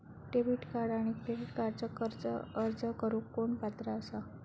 Debit आणि credit कार्डक अर्ज करुक कोण पात्र आसा?